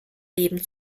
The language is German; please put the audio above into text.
leben